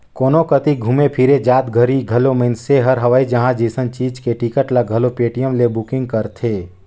कोनो कति घुमे फिरे जात घरी घलो मइनसे हर हवाई जइसन चीच के टिकट ल घलो पटीएम ले बुकिग करथे